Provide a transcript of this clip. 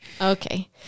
okay